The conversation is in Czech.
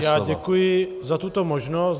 Já děkuji za tuto možnost.